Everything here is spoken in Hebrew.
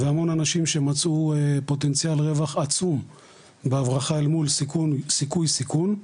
והמון אנשים שמצאו פוטנציאל רווח עצום בהברחה אל מול סיכוי סיכון.